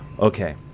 Okay